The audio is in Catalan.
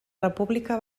república